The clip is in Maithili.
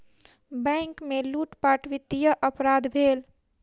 बैंक में लूटपाट वित्तीय अपराध भेल